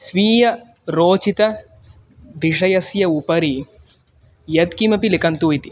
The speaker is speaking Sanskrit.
स्वीय रोचित विषयस्य उपरि यत्किमपि लिखन्तु इति